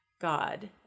God